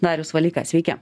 darius valeika sveiki